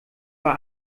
war